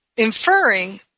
Inferring